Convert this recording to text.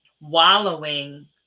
wallowing